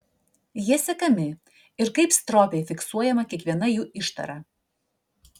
jie sekami ir kaip stropiai fiksuojama kiekviena jų ištara